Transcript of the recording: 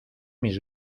mis